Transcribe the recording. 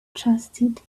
trusted